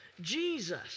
Jesus